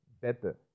better